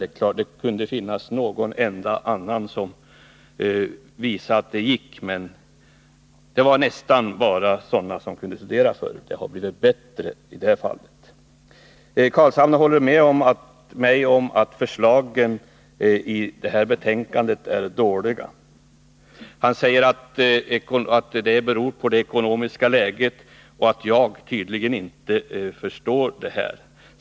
Det kunde naturligtvis finnas någon enstaka som visade att det gick ändå. Men det har alltså blivit bättre. Nils Carlshamre håller med mig om att förslagen i detta betänkande är dåliga. Han säger att det beror på det ekonomiska läget och att jag tydligen inte förstår det.